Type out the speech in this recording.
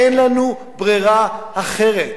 אין לנו ברירה אחרת.